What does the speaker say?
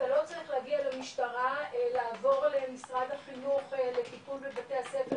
אתה לא צריך להגיע למשטרה לעבור למשרד החינוך טיפול בבתי הספר,